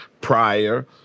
prior